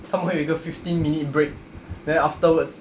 他们会有一个 fifteen minute break then afterwards